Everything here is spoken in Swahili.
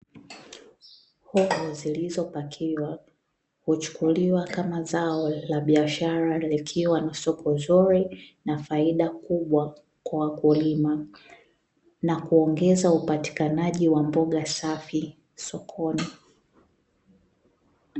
Mboga zilizo pakiwa huchukuliwa kama zao la biashara, likiwa na soko zuri na faida kubwa kwa wakulima na kuongeza upatikanaji wa mboga safi sokoni.